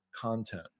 content